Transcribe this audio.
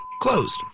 closed